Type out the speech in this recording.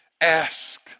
ask